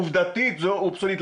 עובדתית, זה אובסוליט.